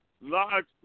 large